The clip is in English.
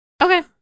Okay